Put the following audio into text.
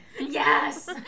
Yes